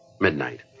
Midnight